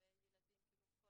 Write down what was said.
לגבי כל הילדים.